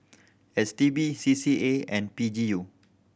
S T B C C A and P G U